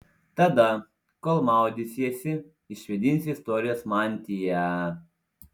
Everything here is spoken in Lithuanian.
tada kol maudysiesi išvėdinsiu istorijos mantiją